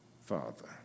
Father